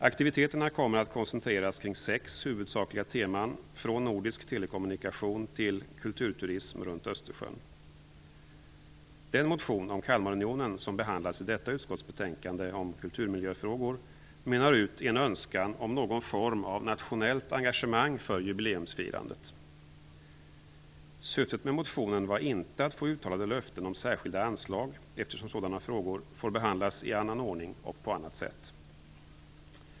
Aktiviteterna kommer att koncentreras kring sex huvudsakliga teman från nordisk telekommunikation till kulturturism runt Östersjön. Den motion om Kalmarunionen som behandlas i detta utskottsbetänkande om kulturmiljöfrågor mynnar ut i en önskan om någon form att nationellt engagemang för jubileumsfirandet. Syftet med motionen var inte att få uttalade löften om särskilda anslag eftersom sådana frågor får behandlas i annan ordning och på annat sätt.